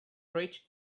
rich